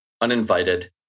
uninvited